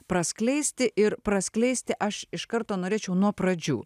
praskleisti ir praskleisti aš iš karto norėčiau nuo pradžių